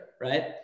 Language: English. right